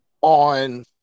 on